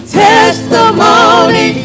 testimony